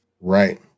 right